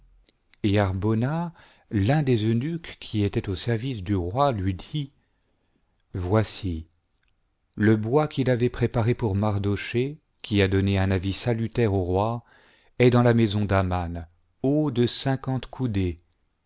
et harbona l'un des eunuques qui étaient au service du roi lui dit voici le bois qu'il avait préparé pour mardocliée qui a donné un a'is salutaire au roi est dans la maison d'aman haut de cinquante coudées